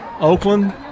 Oakland